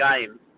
game